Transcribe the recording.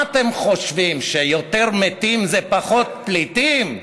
מה אתם חושבים, שיותר מתים זה פחות פליטים?